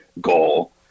goal